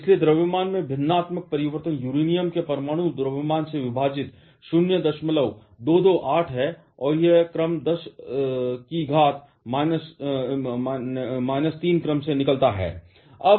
इसलिए द्रव्यमान में भिन्नात्मक परिवर्तन यूरेनियम के परमाणु द्रव्यमान से विभाजित 0228 है और यह 10 3 क्रम से निकलता है